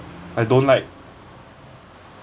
I don't like